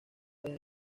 desde